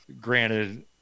granted